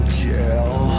jail